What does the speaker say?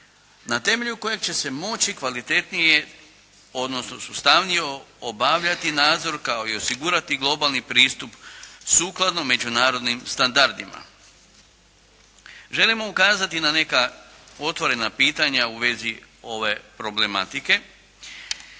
na temelju kojeg će se moći kvalitetnije, odnosno sustavnije obavljati nadzor kao i osigurati globalni pristup sukladno međunarodnim standardima. Želimo ukazati na neka otvorena pitanja u vezi ove problematike,